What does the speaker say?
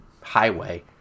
highway